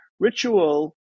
Ritual